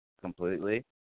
completely